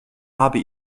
habe